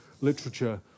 literature